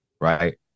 right